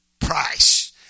price